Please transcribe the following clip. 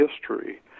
history